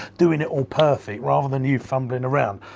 doing it all perfect, rather than you fumbling around.